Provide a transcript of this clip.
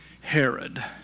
Herod